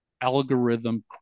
algorithm